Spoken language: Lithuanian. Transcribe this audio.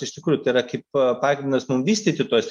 iš tikrųjų tai yra kaip pagrindas mum vystyti tuos